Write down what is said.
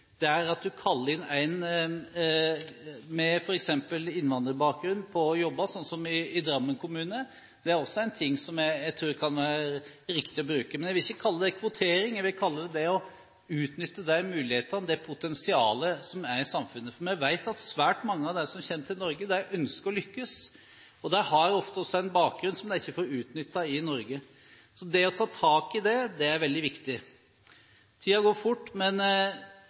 at man kaller inn en med innvandrerbakgrunn til jobbintervjuer, slik som i Drammen kommune, er også en ting som kan være riktig å bruke. Jeg vil ikke kalle det for kvotering; jeg vil kalle det å utnytte de mulighetene, det potensialet, som er i samfunnet. For vi vet at svært mange av dem som kommer til Norge, ønsker å lykkes, og de har også ofte en bakgrunn som de ikke får utnyttet i Norge. Så det er veldig viktig å ta tak i det. Tiden går fort, men jeg vil oppsummere med å si at holdninger er